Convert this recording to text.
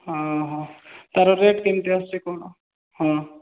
ହଁ ହଁ ତାର ରେଟ୍ କେମିତି ଆସୁଛି କ'ଣ ହଁ